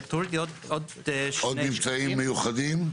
עוד ממצאים מיוחדים?